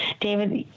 David